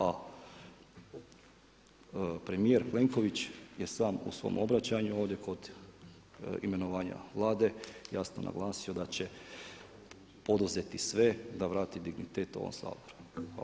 A premijer Plenković je sam u svom obraćanju ovdje kod imenovanja Vlade jasno naglasio da će poduzeti sve da vrati dignitet ovom Saboru.